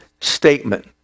statement